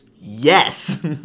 Yes